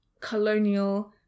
colonial